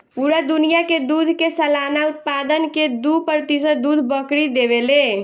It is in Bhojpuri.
पूरा दुनिया के दूध के सालाना उत्पादन के दू प्रतिशत दूध बकरी देवे ले